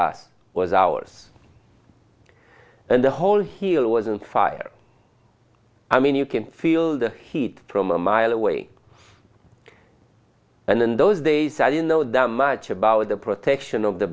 us was ours and the hole here wasn't fired i mean you can feel the heat from a mile away and in those days i didn't know the much about the protection of the